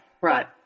right